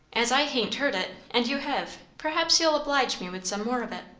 as i hain't heard it, and you hev', perhaps you'll oblige me with some more of it.